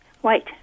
White